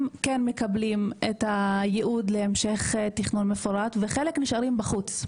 כן מקבלים את הייעוד להמשך תכנון מפורט וחלק נשארים בחוץ.